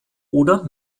oder